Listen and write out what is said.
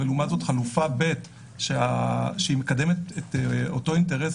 ולעומת זאת חלופה ב' שמקדמת את אותו אינטרס